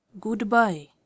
Goodbye